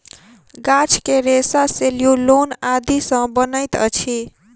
गाछ के रेशा सेल्यूलोस आदि सॅ बनैत अछि